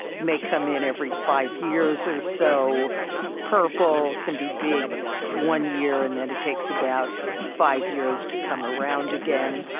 may come in every five years or so purple can be big one year, and then it takes about five years to come around again.